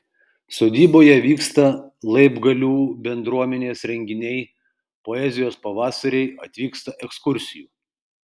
sodyboje vyksta laibgalių bendruomenės renginiai poezijos pavasariai atvyksta ekskursijų